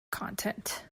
content